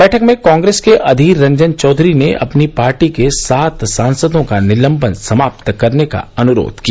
बैठक में कांग्रेस के अधीर रंजन चौधरी ने अपनी पार्टी के सात सांसदों का निलंबन समाप्त करने का अनुरोध किया